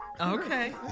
Okay